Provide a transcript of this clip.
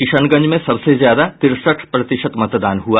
किशनगंज में सबसे ज्यादा तिरसठ प्रतिशत मतदान हुआ